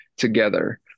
together